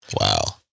Wow